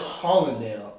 Hollandale